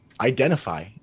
identify